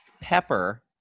Pepper